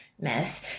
mess